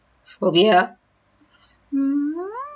phobia mm